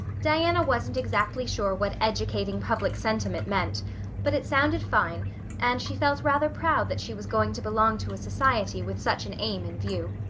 diana wasn't exactly sure what educating public sentiment meant but it sounded fine and she felt rather proud that she was going to belong to a society with such an aim in view.